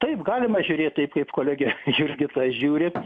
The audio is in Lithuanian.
taip galima žiūrėt taip kaip kolegė jurgita žiūri